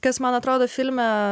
kas man atrodo filme